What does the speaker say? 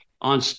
on